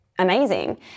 amazing